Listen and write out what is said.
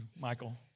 Michael